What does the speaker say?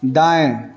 दाएँ